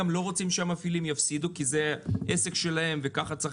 גם לא רוצים שהמפעילים יפסידו כי זה עסק שלהם וככה צריך